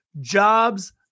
jobs